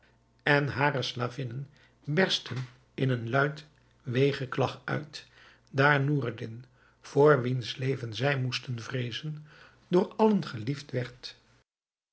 en hare slavinnen berstten in een luid weegeklag uit daar noureddin voor wiens leven zij moesten vreezen door allen